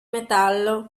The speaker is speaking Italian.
metallo